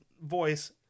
voice